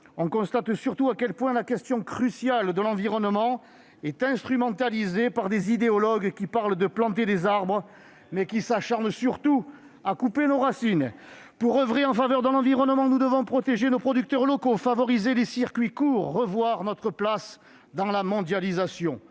on constate surtout à quel point la question cruciale de l'environnement est instrumentalisée par des idéologues, qui parlent de planter des arbres, mais s'acharnent surtout à couper nos racines. Cela suffit ! Pour oeuvrer en faveur de l'environnement, nous devons protéger nos producteurs locaux, favoriser les circuits courts, revoir notre place dans la mondialisation.